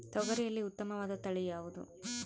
ತೊಗರಿಯಲ್ಲಿ ಉತ್ತಮವಾದ ತಳಿ ಯಾವುದು?